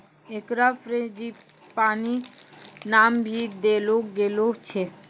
एकरा फ़्रेंजीपानी नाम भी देलो गेलो छै